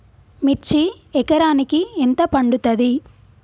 మిర్చి ఎకరానికి ఎంత పండుతది?